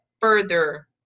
further